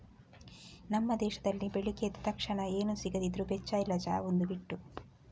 ನಮ್ಮ ದೇಶದಲ್ಲಿ ಬೆಳಿಗ್ಗೆ ಎದ್ದ ತಕ್ಷಣ ಏನು ಸಿಗದಿದ್ರೂ ಬೆಚ್ಚ ಇಲ್ಲ ಚಾ ಒಂದು ಬಿಟ್ಟು